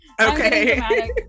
okay